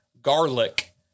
garlic